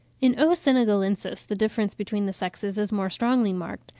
in o. senegalensis the difference between the sexes is more strongly marked,